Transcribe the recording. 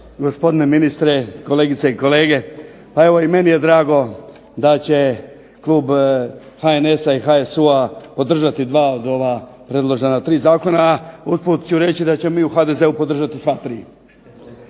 gospodine ministre, kolegice i kolege. Pa evo i meni je drago da će klub HNS-a i HSU-a podržati 2 od ova predložena 3 zakona, a usput ću reći da ćemo mi u HDZ-u podržati sva 3.